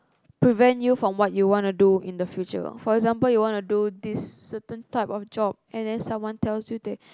prevent you from what you wanna do in the future for example you wanna do this certain type of job and then someone tells you that